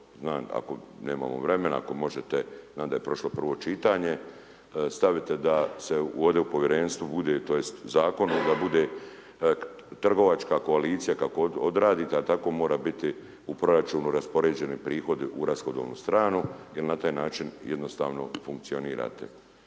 ako nemamo vremena ako možete znam da je prošlo prvo čitanje stavite da se ovde u povjerenstvu bude tj. zakonu da bude trgovačka koalicija kako odradite a tako mora biti u proračunu raspoređeni prihodi u rashodovnu stranu jel na taj način jednostavno funkcionirate.